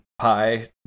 Pie